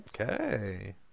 Okay